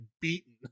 beaten